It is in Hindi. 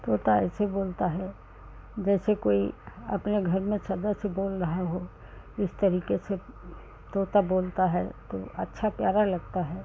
तोता ऐसे बोलता है जैसे कोई अपने घर में सदस्य जैसे बोल रहा हो उस तरीके से तोता बोलता है तो अच्छा प्यारा लगता है